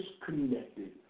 disconnected